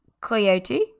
coyote